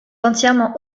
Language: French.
entièrement